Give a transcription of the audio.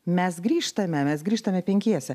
mes grįžtame mes grįžtame penkiese